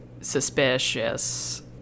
suspicious